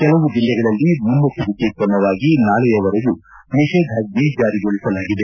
ಕೆಲವು ಜಿಲ್ಲೆಗಳಲ್ಲಿ ಮುನ್ನೆಚ್ಚರಿಕ್ಕೆ ಕ್ರಮವಾಗಿ ನಾಳೆಯವರೆಗೂ ನಿಷೇಧಾಜ್ಞೆ ಜಾರಿಗೊಳಿಸಲಾಗಿದೆ